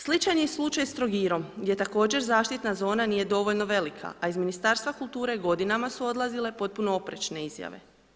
Sličan je slučaj s Trogirom, gdje također zaštitna zona nije dovoljno velika a iz Ministarstva kulture godinama su odlazile potpuno oprečne izjave.